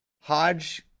Hodge